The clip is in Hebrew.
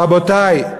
רבותי,